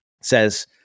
says